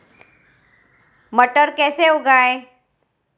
मटर कैसे उगाएं?